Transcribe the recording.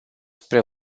spre